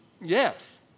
yes